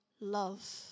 love